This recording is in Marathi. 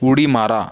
उडी मारा